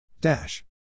Dash